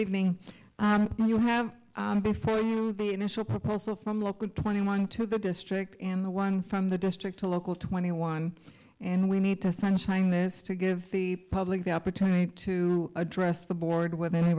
evening you have before the initial proposal from local twenty one to the district and the one from the district to local twenty one and we need to sunshine this to give the public the opportunity to address the board with any